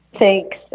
Thanks